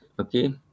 Okay